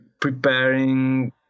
preparing